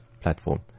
platform